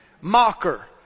mocker